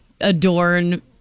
adorn